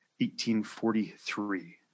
1843